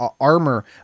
armor